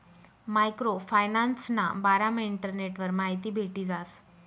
micro फायनान्सना बारामा इंटरनेटवर माहिती भेटी जास